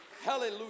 Hallelujah